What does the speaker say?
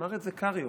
אמר את זה עוד קרעי.